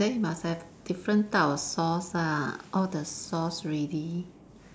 then you must have different type of sauce ah all the sauce ready